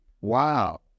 wow